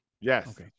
Yes